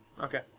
Okay